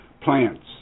plants